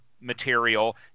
material